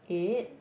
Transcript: eight